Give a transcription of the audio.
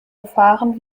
gefahren